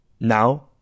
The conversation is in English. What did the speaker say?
Now